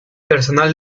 personal